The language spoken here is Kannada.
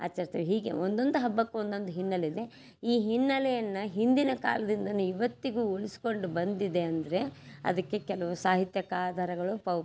ಆಚರ್ಸ್ತೀವಿ ಹೀಗೆ ಒಂದೊಂದು ಹಬ್ಬಕ್ಕೂ ಒಂದೊಂದು ಹಿನ್ನೆಲೆ ಇದೆ ಈ ಹಿನ್ನೆಲೆಯನ್ನ ಹಿಂದಿನ ಕಾಲದಿಂದನೂ ಇವತ್ತಿಗೂ ಉಳ್ಸ್ಕೊಂಡು ಬಂದಿದೆ ಅಂದರೆ ಅದಕ್ಕೆ ಕೆಲವು ಸಾಹಿತ್ಯಕ ಆಧಾರಗಳು ಪೌ